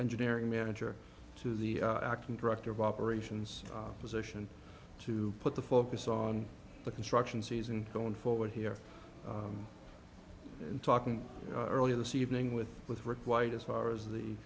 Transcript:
engineering manager to the acting director of operations position to put the focus on the construction season going forward here talking earlier this evening with with rick white as far as the